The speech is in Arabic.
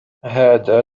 هذا